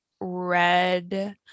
red